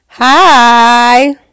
Hi